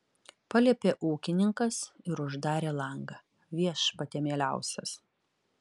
paliepė ūkininkas ir uždarė langą viešpatie mieliausias